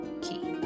Key